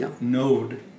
node